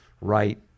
right